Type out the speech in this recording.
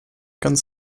ganz